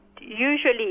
Usually